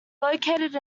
located